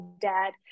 dad